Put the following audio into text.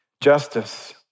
Justice